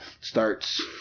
starts